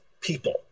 people